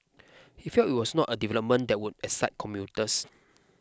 he felt it was not a development that would excite commuters